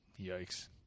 Yikes